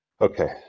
Okay